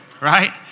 right